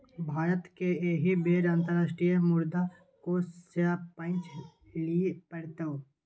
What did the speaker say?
भारतकेँ एहि बेर अंतर्राष्ट्रीय मुद्रा कोष सँ पैंच लिअ पड़तै